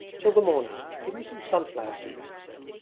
till the morning. give me some sunflower seeds he said,